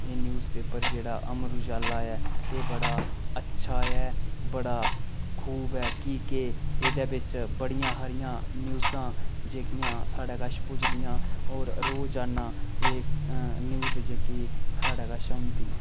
एह् newspaper जेह्ड़ा अमर उजाला ऐ एह् बड़ा अच्छा ऐ बड़ा खूब ऐ कि के एह्दे बिच्च बड़ियां हारियां न्यूज़ां जेह्कियां साढ़े कश पुजदियां होर रोजाना एह् न्यूज़ जेह्की साढ़े कश औंदी